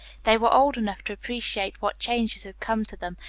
they were old enough to appreciate what changes had come to them,